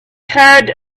had